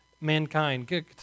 mankind